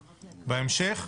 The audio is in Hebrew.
בהמשך,